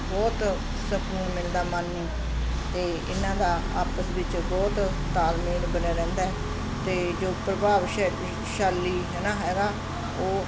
ਬਹੁਤ ਸਕੂਨ ਮਿਲਦਾ ਮਨ ਨੂੰ ਅਤੇ ਇਹਨਾਂ ਦਾ ਆਪਸ ਵਿੱਚ ਬਹੁਤ ਤਾਲਮੇਲ ਬਣਿਆ ਰਹਿੰਦਾ ਅਤੇ ਜੋ ਪ੍ਰਭਾਵਸ਼ੈਲੀ ਸ਼ਾਲੀ ਹੈ ਨਾ ਹੈਗਾ ਉਹ